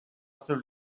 seul